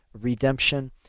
redemption